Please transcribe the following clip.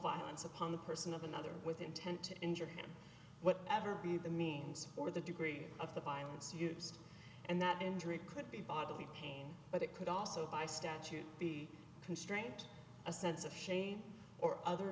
violence upon the person of another with intent to injure him whatever be the means or the degree of the violence used and that injury could be bodily pain but it could also by statute be constraint a sense of shame or other